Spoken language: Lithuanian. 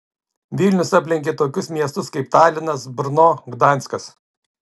vilnius aplenkė tokius miestus kaip talinas brno gdanskas